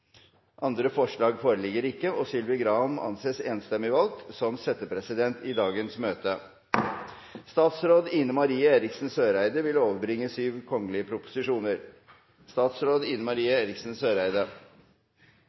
Andre forslag foreligger ikke, og Sylvi Graham anses enstemmig valgt som settepresidenten for dagens møte.